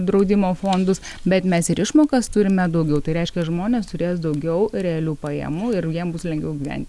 draudimo fondus bet mes ir išmokas turime daugiau tai reiškia žmonės turės daugiau realių pajamų ir jiem bus lengviau gyvent